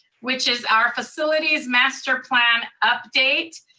which is our facilities master plan update.